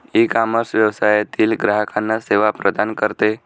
ecommerce व्यवसायातील ग्राहकांना सेवा प्रदान करते